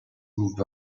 moved